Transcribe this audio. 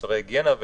מוצרי היגיינה,